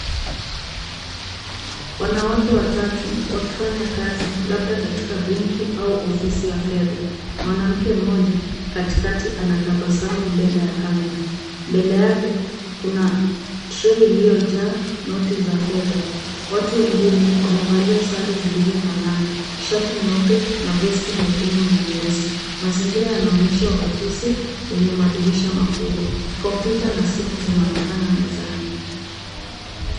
Wanawake watatu wakifanya kazi labda katika benki au ofisi ya fedha. Mwanamke mmoja katikati anatabasamu mbele ya camera . Mbele yake kuna tray iliyojaa noti za fedha. Watu wengine wamevalia sare zilizofanana, shati nyeupe na vesti nyekundu na nyeusi. Mazingira yanaonyesha ofisi yenye madirisha makubwa. Kompyuta na simu zinaonekana mezani.